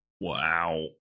Wow